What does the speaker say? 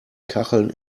kacheln